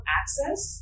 access